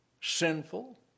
sinful